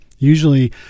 Usually